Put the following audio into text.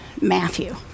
Matthew